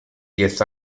diez